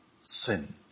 sin